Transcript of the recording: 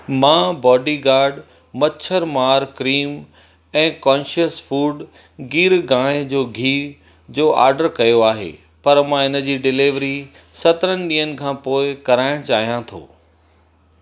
मां बॉडीगार्ड मछरमार क्रीम ऐं कॉन्ससियस फूड गिर गाय जो गिहु जो ऑडर कयो आहे पर मां इन जी डिलीवरी सतरहनि ॾींहनि खां पोइ कराइणु चाहियां थो